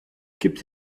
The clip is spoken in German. gibt